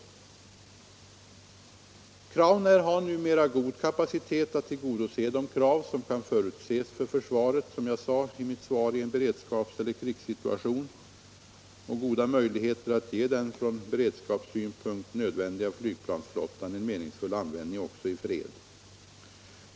Crownair har, som jag sade i mitt svar, numera god kapacitet för att tillgodose de krav som kan förutses för försvaret i en beredskapseller krigssituation och goda möjligheter att ge den från beredskapssynpunkt nödvändiga flygplansflottan en meningsfull användning också i fred.